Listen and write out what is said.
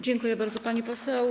Dziękuję bardzo, pani poseł.